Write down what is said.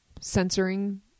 censoring